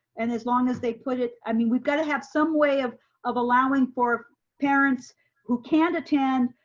and as long as they put it i mean, we've got to have some way of of allowing for parents who can't attend,